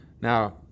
Now